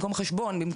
חשבון,